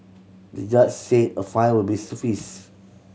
the judge said a fine will suffice